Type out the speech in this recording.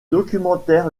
documentaire